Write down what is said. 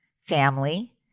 family